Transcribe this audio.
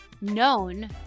known